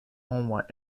online